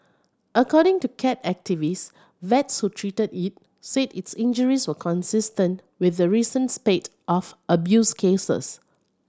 according to cat activist vets who treated it said its injuries were consistent with the recent spate of abuse cases